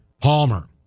palmer